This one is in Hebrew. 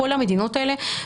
כל המדינות האלה,